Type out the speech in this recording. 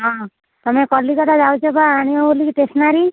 ହଁ ତମେ କଲିକତା ଯାଉଛ ପା ଆଣିବ ବୋଲି କି ଷ୍ଟେସ୍ନାରୀ